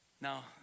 Now